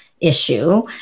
issue